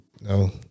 No